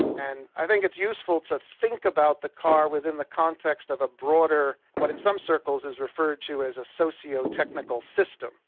and i think it's useful to think about the car within the context of a broader what in some circles is referred to as a socio-technical system,